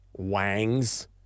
wangs